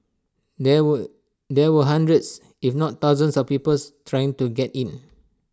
there were there were hundreds if not thousands of peoples trying to get in